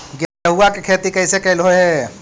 गेहूआ के खेती कैसे कैलहो हे?